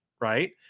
Right